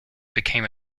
became